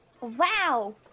Wow